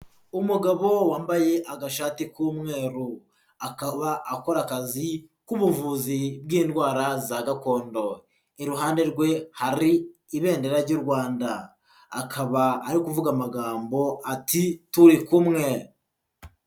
Umugabo wambaye agashati k'umweru, akaba akora akazi k'ubuvuzi bw'indwara za gakondo, iruhande rwe hari Ibendera ry'u Rwanda akaba ari kuvuga amagambo ati turi kumwe.